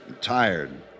Tired